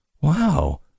Wow